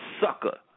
sucker